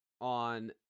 on